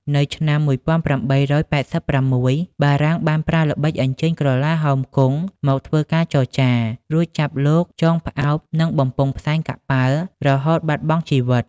នៅឆ្នាំ ១៨៨៦ បារាំងបានប្រើល្បិចអញ្ជើញក្រឡាហោមគង់មកធ្វើការចរចា រួចចាប់លោកចងផ្អោបនឹងបំពង់ផ្សែងកប៉ាល់រហូតបាត់បង់ជីវិត។